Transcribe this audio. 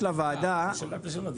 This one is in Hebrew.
זאת שאלה השאלות.